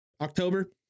October